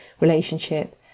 relationship